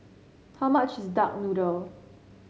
how much is Duck Noodle